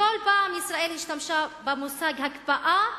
בכל פעם שישראל השתמשה במושג הקפאה,